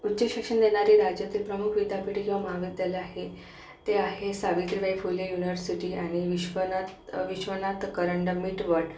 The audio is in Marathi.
उच्च शिक्षण देणारे राज्यातील प्रमुख विद्यापीठे किंवा महाविद्यालये आहे ते आहे सावित्रीबाई फुले युनव्हर्सिटी आणि विश्वनाथ विश्वनाथ करंड मिट वर्ल्ड